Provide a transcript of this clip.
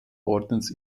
ordens